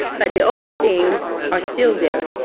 but the old things are still there,